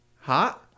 Hot